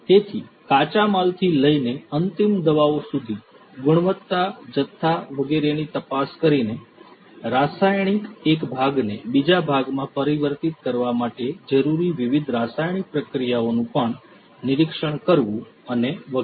તેથી કાચા માલથી લઈને અંતિમ દવાઓ સુધી ગુણવત્તા જથ્થા વગેરેની તપાસ કરીને રાસાયણિક એક ભાગને બીજા ભાગમાં પરિવર્તિત કરવા માટે જરૂરી વિવિધ રાસાયણિક પ્રતિક્રિયાઓનું પણ નિરીક્ષણ કરવું અને વગેરે